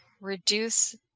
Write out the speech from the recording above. reduce